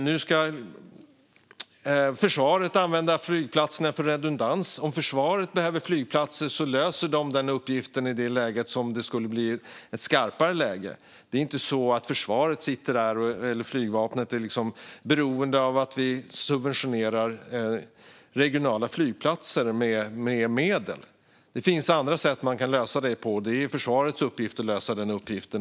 Nu ska försvaret använda flygplatserna för redundans. Om försvaret behöver flygplatser löser de den uppgiften i ett skarpare läge. Försvaret eller flygvapnet är inte beroende av att vi subventionerar regionala flygplatser. Det finns andra sätt att lösa detta på. Det är försvarets sak att lösa den uppgiften.